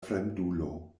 fremdulo